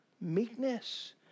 meekness